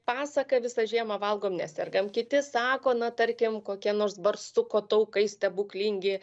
pasaka visą žiemą valgom nesergam kiti sako na tarkim kokie nors barsuko taukai stebuklingi